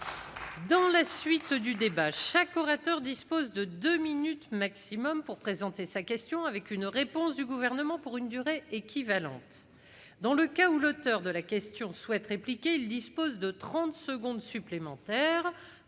Je rappelle que chaque orateur dispose de deux minutes au maximum pour présenter sa question, suivie d'une réponse du Gouvernement pour une durée équivalente. Dans le cas où l'auteur de la question souhaite répliquer, il dispose de trente secondes supplémentaires,